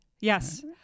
Yes